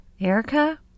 Erica